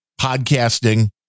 podcasting